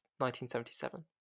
1977